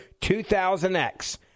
2000x